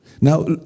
Now